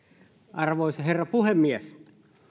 arvoisa herra puhemies